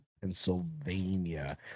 Pennsylvania